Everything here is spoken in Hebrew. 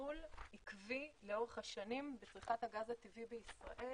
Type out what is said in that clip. גידול עקבי לאורך השנים בצריכת הגז הטבעי בישראל,